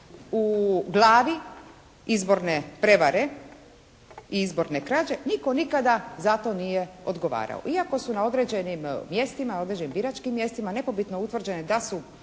u glavi izborne prevare i izborne krađe nitko nikada za to nije odgovarao. Iako su na određenim mjestima, određenim biračkim mjestima nepobitno je utvrđeno da su